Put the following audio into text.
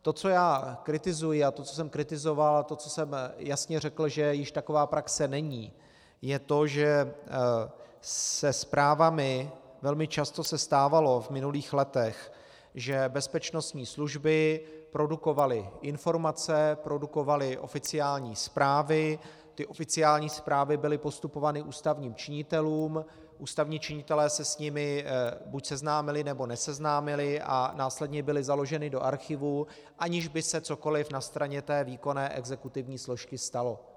To, co já kritizuji, a to, co jsem kritizoval, a to, co jsem jasně řekl, že již taková praxe není, je to, že se zprávami se v minulých letech velmi často stávalo, že bezpečnostní služby produkovaly informace, produkovaly oficiální zprávy, t oficiální zprávy byly postupovány ústavním činitelům, ústavní činitelé se s nimi buď seznámili, nebo neseznámili a následně byly založeny do archivu, aniž by se cokoliv na straně té výkonné exekutivní složky stalo.